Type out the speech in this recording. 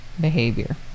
behavior